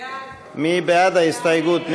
מי בעד ההסתייגות?